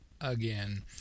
again